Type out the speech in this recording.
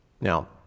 Now